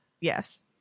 yes